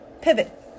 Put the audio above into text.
pivot